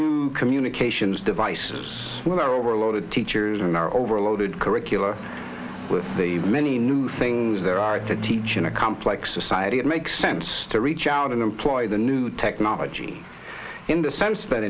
new communications devices with our overloaded teachers and our overloaded curricula with the many new things there are to dejan a complex society it makes sense to reach out and employ the new technology in the sense that